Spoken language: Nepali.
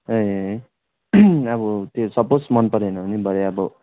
ए अब त्यो सपोज मन परेन भने भरे अब